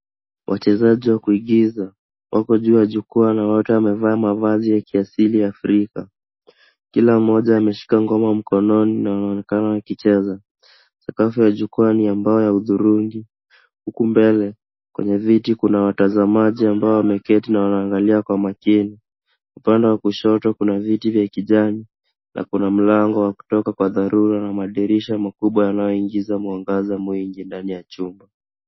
Wachezaji wa kuigiza wako juu ya jukwaa na wote wamevaa mavazi ya kiasili ya afrika. Kila mmoja ameshika ngoma mkononi na wanaonekana wakicheza. Sakafu ya jukwaa ni ya mbao ya hudhurungi huku mbele kwenye viti kuna watazamaji ambao wameketi na wanaangali kwa makini. Upande wa kushoto kuna viti vya kijani na kuna mlango wa kutoka kwa dharura na madirisha makubwa yanayoingiza mwangaza mwingi ndani ya chumba.